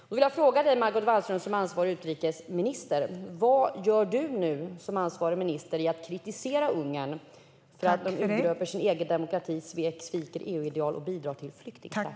Jag vill fråga dig, Margot Wallström: Vad gör du nu som ansvarig minister i fråga om att kritisera Ungern för att landet urgröper sin egen demokrati, sviker EU-ideal och bidrar till flyktingtragedin?